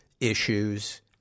issues